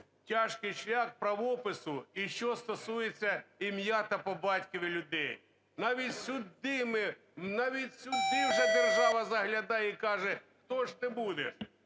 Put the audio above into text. тяжкий шлях правопису і що стосується імені та по батькові людей. Навіть сюди ми, навіть сюди вже держава заглядає і каже, хто ж ти будеш.